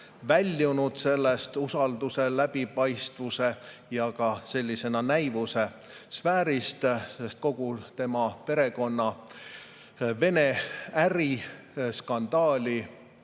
väljunud sellest usalduse, läbipaistvuse ja ka sellisena näimise sfäärist, sest kogu tema perekonna Vene äri skandaali